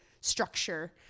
structure